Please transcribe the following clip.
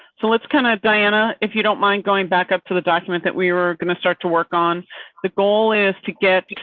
so, let's kind of diana. if you don't mind going back up to the document that we were going to start to work on the goal is to get.